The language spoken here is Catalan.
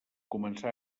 començà